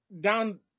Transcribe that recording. Down